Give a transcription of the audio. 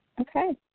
Okay